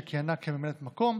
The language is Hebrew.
שכיהנה כממלאת מקום,